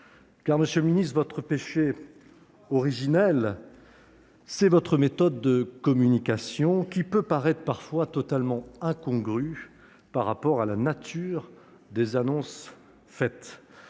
effet, monsieur le ministre, votre péché originel, c'est votre méthode de communication, qui peut parfois paraître totalement incongrue au regard des annonces faites.